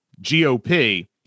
GOP